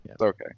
okay